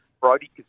Brody